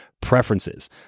preferences